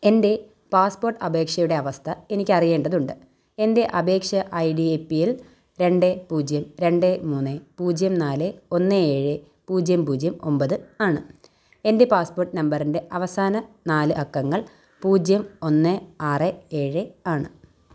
എൻ്റെ പാസ്പോർട്ട് അപേക്ഷയുടെ അവസ്ഥ എനിക്ക് അറിയേണ്ടതുണ്ട് എൻ്റെ അപേക്ഷാ I D A P L രണ്ട് പൂജ്യം രണ്ട് മൂന്ന് പൂജ്യം നാല് ഒന്ന് ഏഴ് പൂജ്യം പൂജ്യം ഒമ്പത് ആണ് എൻ്റെ പാസ്പോർട്ട് നമ്പറിൻ്റെ അവസാന നാല് അക്കങ്ങൾ പൂജ്യം ഒന്ന് ആറ് ഏഴ് ആണ്